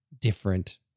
different